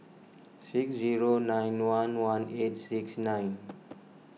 six zero nine one one eight six nine